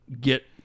get